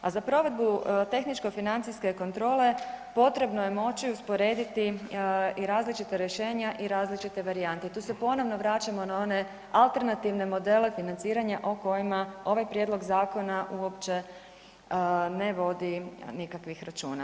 A za provedbu tehničko financijske kontrole potrebno je moći usporediti i različita rješenja i različite varijante i tu se ponovno vraćamo na one alternativne modele financiranja o kojima ovaj prijedlog zakona uopće ne vodi nikakvih računa.